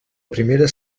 primera